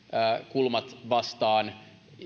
kulmat vastaan